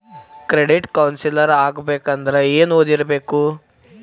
Credit counsellor ಆಗ್ಬೇಕಂದ್ರ ಏನ್ ಓದಿರ್ಬೇಕು?